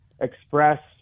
express